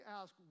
ask